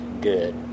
good